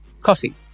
coffee